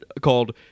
called